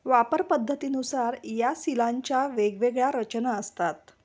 वापर पद्धतीनुसार या सिलांच्या वेगवेगळ्या रचना असतात